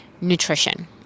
nutrition